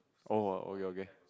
oh !wow! okay okay